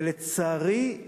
ולצערי,